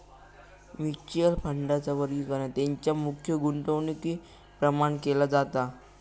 mutual फंडांचा वर्गीकरण तेंच्या मुख्य गुंतवणुकीप्रमाण केला जाता